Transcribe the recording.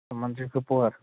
تِمَن چھِ زٕ پۄہَر